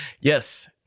yes